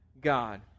God